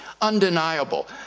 undeniable